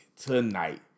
tonight